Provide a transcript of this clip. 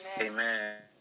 Amen